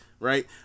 right